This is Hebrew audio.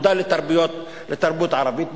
האגודה לתרבות ערבית,